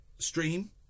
stream